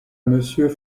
monsieur